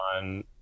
on